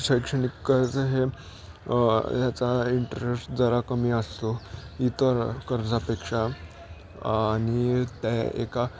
शैक्षणिक कर्ज हे ह्याचा इंटरेस्ट जरा कमी असतो इतर कर्जापेक्षा आणि त्या एका